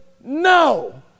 No